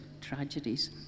tragedies